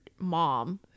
mom